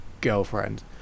girlfriend